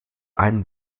ein